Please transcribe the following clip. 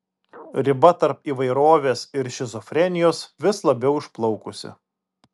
riba tarp įvairovės ir šizofrenijos vis labiau išplaukusi